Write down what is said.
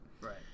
Right